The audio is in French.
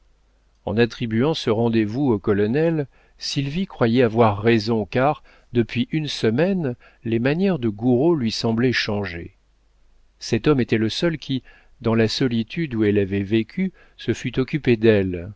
en attribuant ce rendez-vous au colonel sylvie croyait avoir raison car depuis une semaine les manières de gouraud lui semblaient changées cet homme était le seul qui dans la solitude où elle avait vécu se fût occupé d'elle